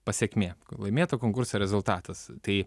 pasekmė laimėto konkurso rezultatas tai